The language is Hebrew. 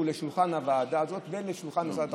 על שולחן הוועדה הזאת ועל שולחן משרד התחבורה,